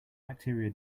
bacteria